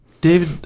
David